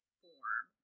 form